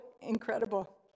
incredible